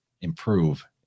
improve